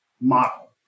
model